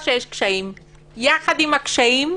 קארין צודקת.